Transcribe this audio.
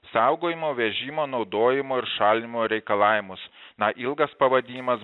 saugojimo vežimo naudojimo ir šalinimo reikalavimus na ilgas pavadinimas